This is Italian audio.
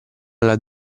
alla